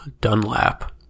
Dunlap